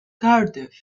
cardiff